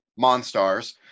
Monstars